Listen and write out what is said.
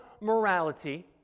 morality